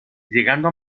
llegando